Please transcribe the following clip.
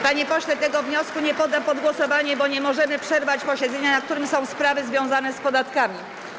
Panie pośle, tego wniosku nie poddam pod głosowanie, bo nie możemy przerwać posiedzenia, na którym są sprawy związane z podatkami.